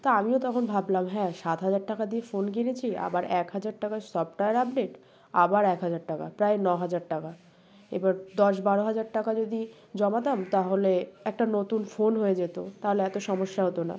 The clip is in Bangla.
তা আমিও তখন ভাবলাম হ্যাঁ সাত হাজার টাকা দিয়ে ফোন কিনেছি আবার এক হাজার টাকার সফটওয়্যার আপডেট আবার এক হাজার টাকা প্রায় ন হাজার টাকা এবার দশ বারো হাজার টাকা যদি জমাতাম তাহলে একটা নতুন ফোন হয়ে যেত তাহলে এত সমস্যা হতো না